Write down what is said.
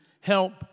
help